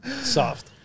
soft